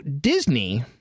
Disney